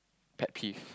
pet peeve